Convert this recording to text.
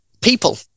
People